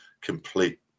complete